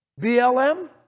BLM